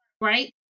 right